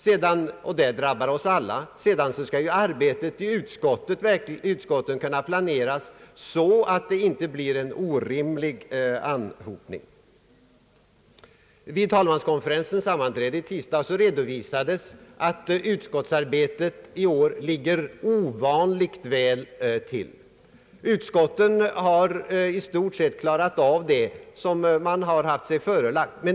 Vidare bör arbetet i utskotten kunna planeras så att det inte uppstår en orimlig anhopning. Vid talmanskonferensens sammanträde i tisdags redovisades att utskottsarbetet i år har gått ovanligt bra. Utskotten har i stort sett klarat av vad man haft sig förelagt.